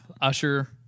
Usher